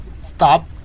stop